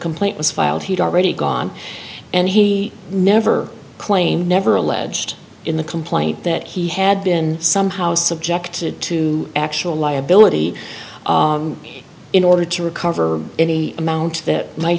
complaint was filed he'd already gone and he never claimed never alleged in the complaint that he had been somehow subjected to actual liability in order to recover any amount that might